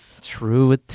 True